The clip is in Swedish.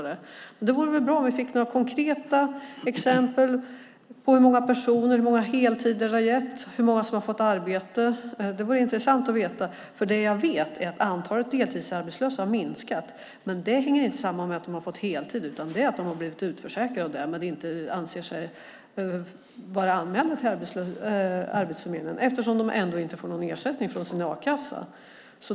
Det vore väl bra om vi fick några konkreta exempel på hur många personer det gäller, hur många heltider det har gett och hur många som har fått arbete. Det vore intressant att veta. Det jag vet är att antalet deltidsarbetslösa har minskat. Men det hänger inte samman med att de har fått heltid, utan de har blivit utförsäkrade och anser sig därmed inte vara anmälda till Arbetsförmedlingen, eftersom de ändå inte får någon ersättning från sin a-kassa.